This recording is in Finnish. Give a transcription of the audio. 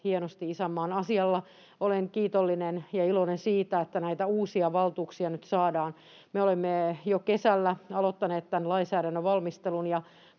hienosti isänmaan asialla. Olen kiitollinen ja iloinen siitä, että näitä uusia valtuuksia nyt saadaan. Me olemme jo kesällä aloittaneet tämän lainsäädännön valmistelun,